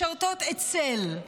משרתות אצל,